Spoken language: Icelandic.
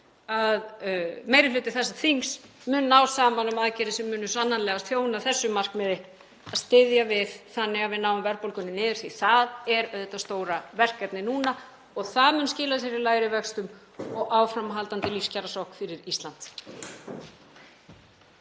að meiri hluti þessa þings mun ná saman um aðgerðir sem munu sannarlega þjóna þessu markmiði, að styðja við þannig að við náum verðbólgunni niður því það er auðvitað stóra verkefnið núna. Það mun skila sér í lægri vöxtum og áframhaldandi lífskjarasókn fyrir Ísland.